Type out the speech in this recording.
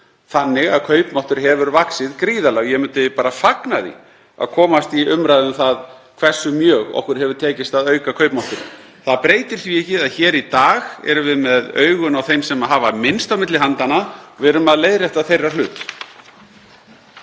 þannig að kaupmáttur hefur vaxið gríðarlega. Ég myndi bara fagna því að komast í umræðu um það hversu mjög okkur hefur tekist að auka kaupmáttinn. Það breytir því ekki að hér í dag erum við með augun á þeim sem hafa minnst á milli handanna. Við erum að leiðrétta þeirra hlut.